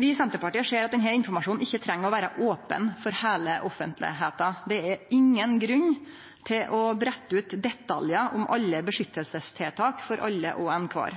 Vi i Senterpartiet ser at denne informasjonen ikkje treng å vera open for heile offentlegheita. Det er ingen grunn til å brette ut detaljar om alle